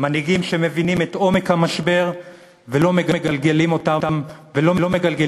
מנהיגים שמבינים את עומק המשבר ולא מגלגלים אותו לאחרים,